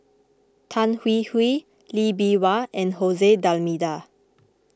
Tan Hwee Hwee Lee Bee Wah and Jose D'Almeida